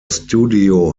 studio